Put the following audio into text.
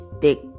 thick